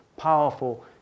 powerful